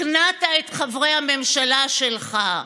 הכנעת את חברי הממשלה שלך.